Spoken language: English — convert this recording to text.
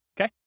okay